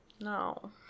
No